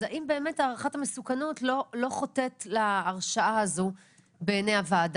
אז האם באמת הערכת המסוכנות לא חוטאת להרשעה הזו בעייני הוועדה.